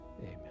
Amen